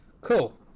Cool